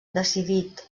decidit